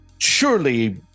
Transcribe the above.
Surely